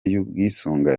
y‟ubwisungane